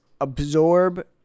absorb